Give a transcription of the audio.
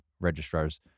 registrars